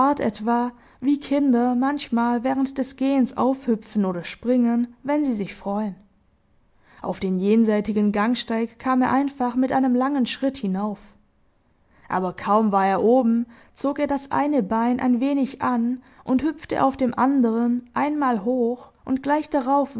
etwa wie kinder manchmal während des gehens aufhüpfen oder springen wenn sie sich freuen auf den jenseitigen gangsteig kam er einfach mit einem langen schritt hinauf aber kaum war er oben zog er das eine bein ein wenig an und hüpfte auf dem anderen einmal hoch und gleich darauf